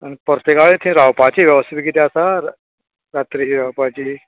आनी परतगाळी थंय रावपाची वेवस्था बी कितें आसा रात्री रावपाची